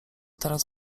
teraz